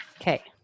Okay